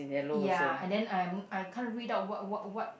ya and then I am I can't read out what what what